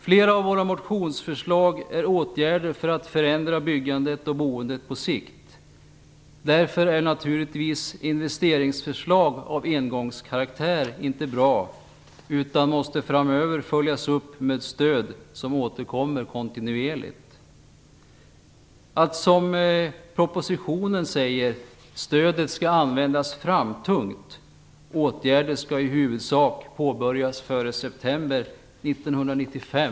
Flera av våra motionsförslag gäller åtgärder för att byggandet och boendet skall förändras på sikt. Därför är naturligtvis investeringsförslag av engångskaraktär inte bra. De måste framöver följas upp med stöd som återkommer kontinuerligt. "framtungt", och åtgärder skall i huvudsak påbörjas före september 1995.